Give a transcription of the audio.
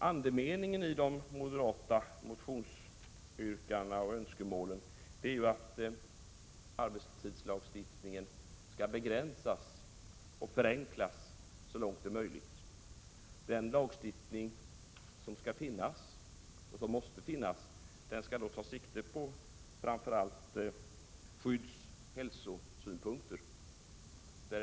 Andemeningen i önskemålen och yrkandena i de moderata motionerna är att arbetstidslagstiftningen så långt möjligt skall begränsas och förenklas. Den lagstiftning som skall finnas och som måste finnas skall ta sikte på framför allt skyddsoch hälsosynpunkter.